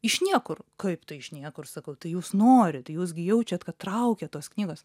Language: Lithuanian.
iš niekur kaip tai iš niekur sakau tai jūs norit jūs gi jaučiat kad traukia tos knygos